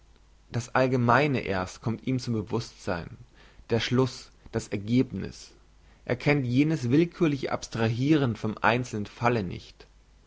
das allgemeine erst kommt ihm zum bewusstsein der schluss das ergebniss er kennt jenes willkürliche abstrahiren vom einzelnen falle nicht